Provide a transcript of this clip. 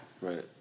Right